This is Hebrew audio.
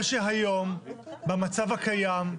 שהיום במצב הקיים.